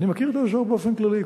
אני מכיר את האזור באופן כללי,